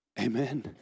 Amen